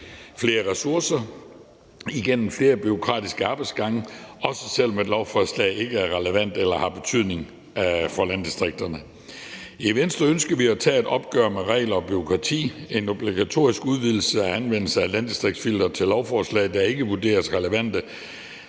flere ressourcer og skal igennem flere bureaukratiske arbejdsgange, også selv om et lovforslag ikke er relevant eller har betydning for landdistrikterne. I Venstre ønsker vi at tage et opgør med regler og bureaukrati. En obligatorisk udvidelse af anvendelsen af landdistriktsfilteret til lovforslag, der ikke vurderes relevante,